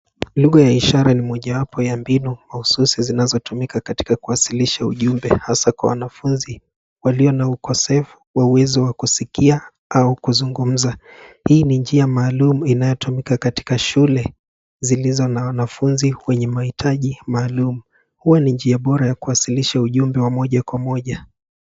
Lugha ya ishara ni mojawapo ya mbinu mahususi zinazotumika katika kuwakilisha ujumbe hasa kwa wanafunzi walio na ukosefu wa kuweza kusikia au kuzungumza. Hii ni njia maalum inayotumika katika shule zilizo na wanafunzi wenye mahitaji maalum. Huwa ni njia bora ya kuwasilisha ujumbe moja kwa moja.